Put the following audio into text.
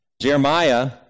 Jeremiah